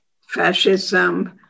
fascism